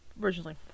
originally